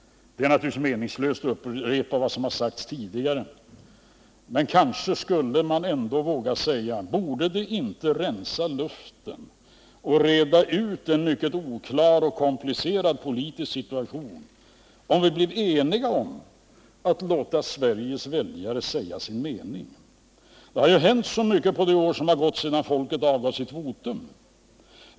Det är naturligtvis meningslöst att upprepa vad som har sagts tidigare, men kanske skulle man ändå våga fråga: Borde det inte rensa luften och reda ut en mycket oklar och komplicerad politisk situation om vi blev eniga om att låta Sveriges väljare säga sin mening? Det har ju hänt så mycket under det år som gått sedan folket avgav sitt votum.